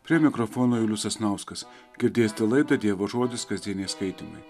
prie mikrofono julius sasnauskas girdėsite laidą dievo žodis kasdieniai skaitymai